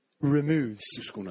removes